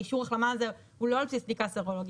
אישור ההחלמה הזה הוא לא על בסיס בדיקה סרולוגית,